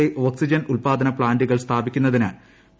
A oxygen ഉത്പ്പാദന് പ്ലാന്റുകൾ സ്ഥാപിക്കുന്ന തിന് പി